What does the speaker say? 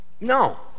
no